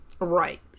Right